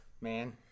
Man